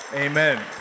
Amen